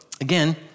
again